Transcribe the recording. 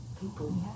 people